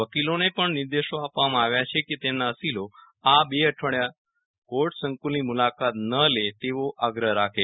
વકીલોને પણ નિર્દેશો આપવામાં આવ્યા છે કે તેમના અસીલો આ બે અઠવાડિયા કોર્ટ સંકુલની મુલાકાત ન લે તેવા આગ્ર રાખે